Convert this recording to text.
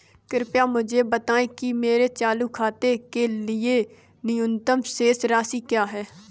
कृपया मुझे बताएं कि मेरे चालू खाते के लिए न्यूनतम शेष राशि क्या है?